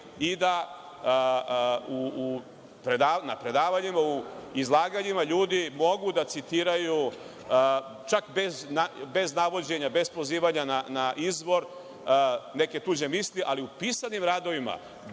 i da na predavanjima u izlaganjima ljudi mogu da citiraju čak bez navođenja, bez pozivanja na izvor neke tuđe misli, ali u pisanim radovima,